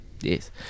Yes